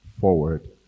forward